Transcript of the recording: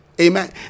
amen